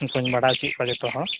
ᱩᱱᱠᱩᱧ ᱵᱟᱲᱟᱭ ᱦᱚᱪᱚᱭᱮᱫ ᱠᱚᱣᱟ ᱡᱚᱛᱚᱦᱚᱲ